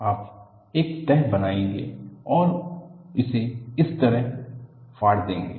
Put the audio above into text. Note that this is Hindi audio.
आप एक तह बनाएंगे और इसे इस तरह फाड़ देंगे